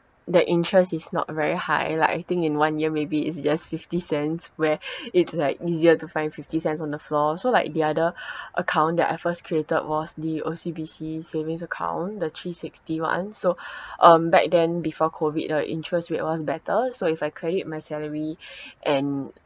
the interest is not very high like I think in one year maybe it's just fifty cents where it's like easier to find fifty cents on the floor so like the other account that I first created was the O_C_B_C savings account the three sixty one so um back then before COVID the interest rate was better so if I credit my salary and